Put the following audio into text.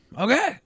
Okay